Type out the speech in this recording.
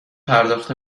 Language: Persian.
پرداخت